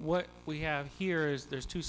what we have here is there's two